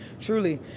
truly